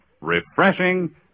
Refreshing